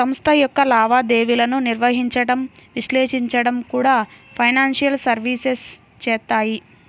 సంస్థ యొక్క లావాదేవీలను నిర్వహించడం, విశ్లేషించడం కూడా ఫైనాన్షియల్ సర్వీసెస్ చేత్తాయి